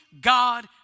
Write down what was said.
God